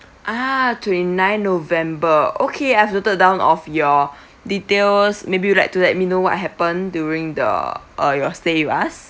ah twenty nine november okay I've noted down of your details maybe you'd like to let me know what happened during the uh your stay with us